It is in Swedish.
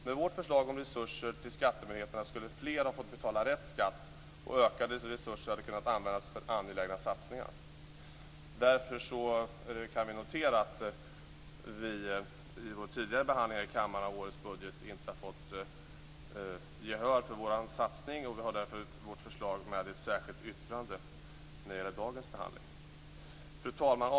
Med vårt förslag om extra resurser till skattemyndigheterna skulle fler ha fått betala rätt skatt, och ökade resurser hade kunnat användas för angelägna satsningar. Vi kan notera att vi i vår tidigare behandling i årets budget inte har fått gehör för vår satsning. Därför har vi ett särskilt yttrande i dag. Fru talman!